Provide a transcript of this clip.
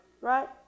right